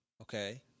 Okay